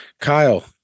Kyle